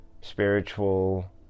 spiritual